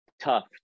tough